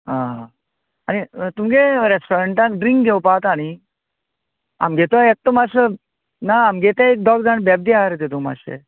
आं आनी तुमगे रेस्टोरंन्टान ड्रिंक घेवपा आतां न्ही आमगे तो एकटो मात्सो ना आमगे ते दोग जाण बेबदे आसा रे तितून मात्शे